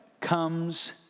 comes